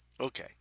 okay